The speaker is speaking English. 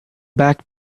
back